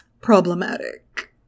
problematic